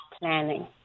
planning